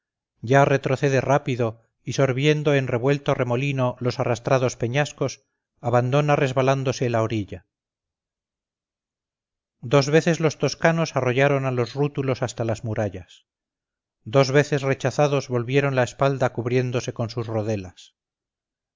ya retrocede rápido y sorbiendo en revuelto remolino los arrastrados peñascos abandona resbalándose la orilla dos veces los toscanos arrollaron a los rútulos hasta las murallas dos veces rechazados volvieron la espalda cubriéndose con sus rodelas